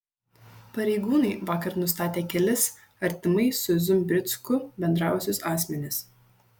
pareigūnai vakar nustatė kelis artimai su zumbricku bendravusius asmenis